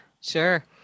Sure